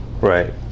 Right